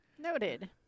Noted